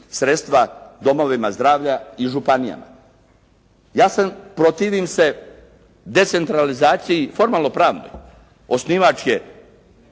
sredstva domovima zdravlja i županijama. Ja sam, protivim se decentralizaciji formalno-pravnoj osnivačke